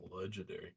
legendary